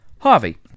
Harvey